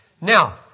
Now